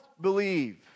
believe